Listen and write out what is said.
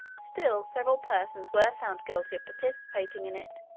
still several persons were found guilty of participating in it,